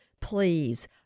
please